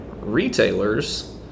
retailers